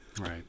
Right